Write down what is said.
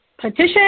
petition